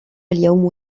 اليوم